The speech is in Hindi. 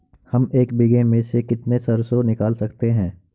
हम एक बीघे में से कितनी सरसों निकाल सकते हैं?